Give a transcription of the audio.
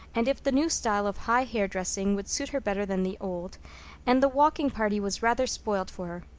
and if the new style of high hair-dressing would suit her better than the old and the walking party was rather spoiled for